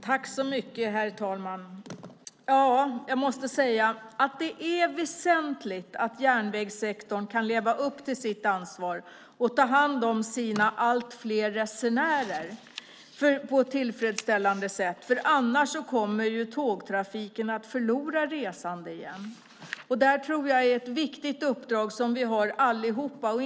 Herr talman! Det är väsentligt att järnvägssektorn kan leva upp till sitt ansvar och ta hand om sina allt fler resenärer på ett tillfredsställande sätt. Annars kommer tågtrafiken att förlora resande. Det är ett viktigt uppdrag som vi har allihop.